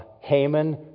Haman